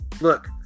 Look